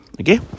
Okay